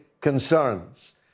concerns